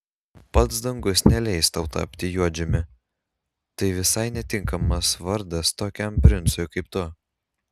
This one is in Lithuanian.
pats dangus neleis tau tapti juodžiumi tai visai netinkamas vardas tokiam princui kaip tu